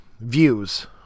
views